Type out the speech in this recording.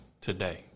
today